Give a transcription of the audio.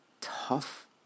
tough